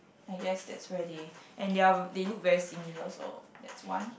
I guess that's where they and there are they look very similar so that's one